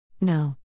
No